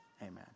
Amen